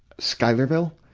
schuylerville.